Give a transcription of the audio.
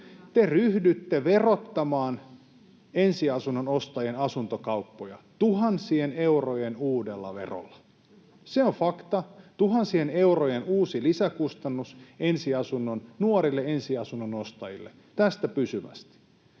Te ryhdytte verottamaan ensiasunnon ostajien asuntokauppoja tuhansien eurojen uudella verolla. Se on fakta, tuhansien eurojen uusi lisäkustannus nuorille ensiasunnon ostajille tästä pysyvästi.